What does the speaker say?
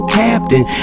captain